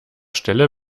stelle